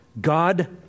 God